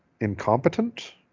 incompetent